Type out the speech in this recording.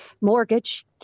mortgage